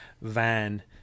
van